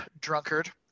drunkard